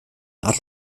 art